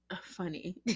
funny